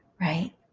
right